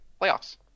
playoffs